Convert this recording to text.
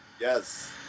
Yes